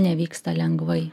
nevyksta lengvai